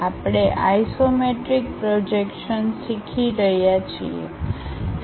આપણે isometric projections શીખી રહ્યાં છે